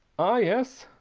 ah, yes!